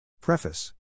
Preface